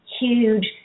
huge